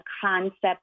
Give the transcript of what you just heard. concept